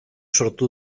sortu